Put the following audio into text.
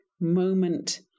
moment